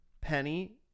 Penny